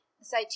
say